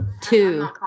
two